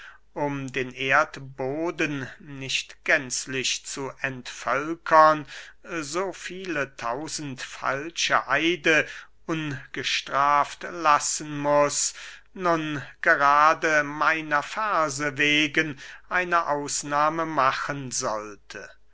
um den erdboden nicht gänzlich zu entvölkern so viele tausend falsche eide ungestraft lassen muß nun gerade meiner verse wegen eine ausnahme machen sollte